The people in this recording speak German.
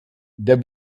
der